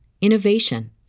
innovation